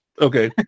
Okay